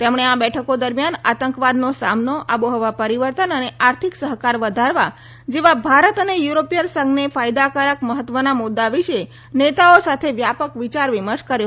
તેમણે આ બેઠકો દરમિયાન આતંકવાદનો સામનો આબોઠવા પરિવર્તન અને આર્થિક સહકાર વધારવા જેવા ભારત અને યુરોપીય સંઘને ફાયદાકારક મહત્વના મુદ્દાઓ વિશે આ નેતાઓ સાથે વ્યાપક વિચાર વિમર્શ કર્યો